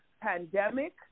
pandemic